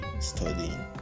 studying